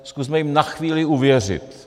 Zkusme jim na chvíli uvěřit.